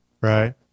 right